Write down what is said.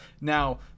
Now